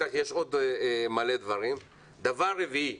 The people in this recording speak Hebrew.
בטח יש עוד מלא דברים, דבר רביעי,